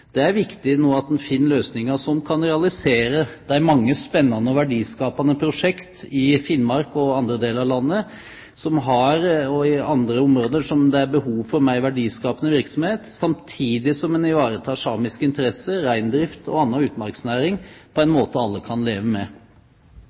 Det er viktig nå at man finner løsninger som kan realisere de mange spennende og verdiskapende prosjekter i Finnmark og andre deler av landet og i områder der det er behov for mer verdiskapende virksomhet, samtidig som man ivaretar samiske interesser, reindrift og annen utmarksnæring på en